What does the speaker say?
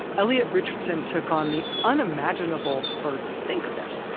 elliot richardson took on the unimaginable burden think of this!